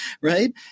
right